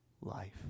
life